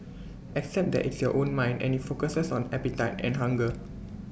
except that it's your own mind and IT focuses on appetite and hunger